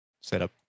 setup